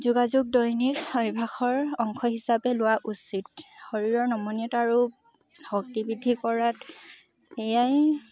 যোগাযোগ দৈনিক অভ্যাসৰ অংশ হিচাপে লোৱা উচিত শৰীৰৰ নমনীয়তা আৰু শক্তি বৃদ্ধি কৰাত এয়াই